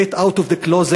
get out of the closet.